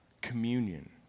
communion